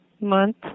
Month